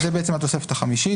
זו התוספת החמישית.